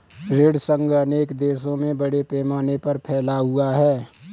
ऋण संघ अनेक देशों में बड़े पैमाने पर फैला हुआ है